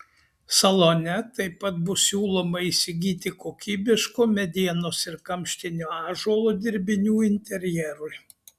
salone taip pat bus siūloma įsigyti kokybiškų medienos ir kamštinio ąžuolo dirbinių interjerui